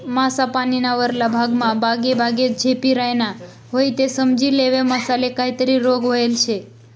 मासा पानीना वरला भागमा बागेबागे झेपी रायना व्हयी ते समजी लेवो मासाले काहीतरी रोग व्हयेल शे